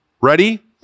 ready